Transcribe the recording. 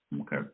Okay